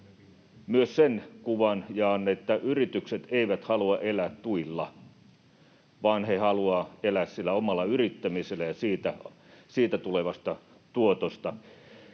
Myös sen kuvan jaan, että yritykset eivät halua elää tuilla, vaan he haluavat elää sillä omalla yrittämisellä ja siitä tulevalla tuotolla.